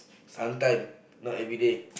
sometime not everyday